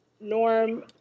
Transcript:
Norm